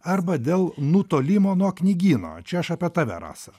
arba dėl nutolimo nuo knygyno čia aš apie tave rasa